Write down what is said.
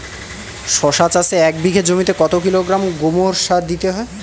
শশা চাষে এক বিঘে জমিতে কত কিলোগ্রাম গোমোর সার দিতে হয়?